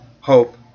hope